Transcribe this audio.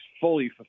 fully